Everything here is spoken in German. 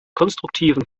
konstruktiven